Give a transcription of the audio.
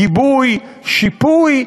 גיבוי, שיפוי,